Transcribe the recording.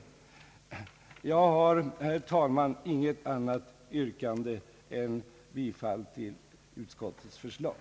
Jag har, herr talman, inget annat yrkande än om bifall till utskottets förslag.